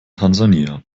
tansania